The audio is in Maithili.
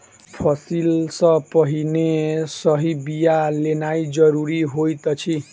फसिल सॅ पहिने सही बिया लेनाइ ज़रूरी होइत अछि